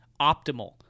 optimal